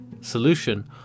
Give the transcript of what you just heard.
solution